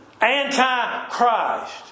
anti-Christ